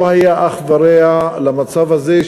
לא היה אח ורע למצב הזה,